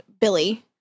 Billy